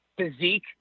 physique